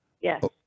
yes